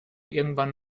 irgendwann